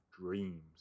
Dreams